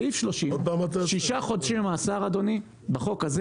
סעיף 30, שישה חודשי מאסר אדוני, בחוק הזה